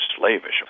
slavish